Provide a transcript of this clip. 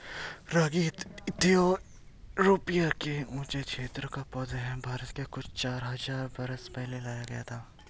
रागी Ethiopia के ऊँचे क्षेत्रों का पौधा है भारत में कुछ चार हज़ार बरस पहले लाया गया था